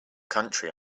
country